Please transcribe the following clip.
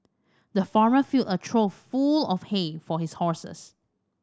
the farmer filled a trough full of hay for his horses